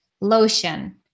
lotion